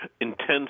intense